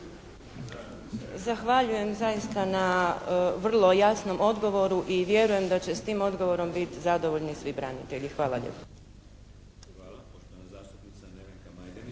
Zahvaljujem zaista na vrlo jasnom odgovoru i vjerujem da će s tim odgovorom biti zadovoljni svi branitelji. Hvala lijepo.